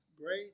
great